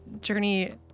Journey